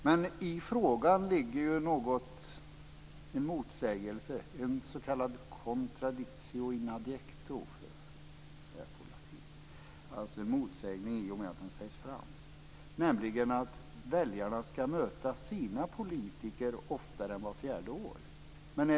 Men i frågan ligger en motsägelse, vad som på latin kallas en contradictio in adjecto, nämligen att väljarna ska möta sina politiker oftare än vart fjärde år.